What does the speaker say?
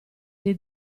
dei